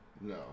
no